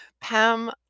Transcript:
Pam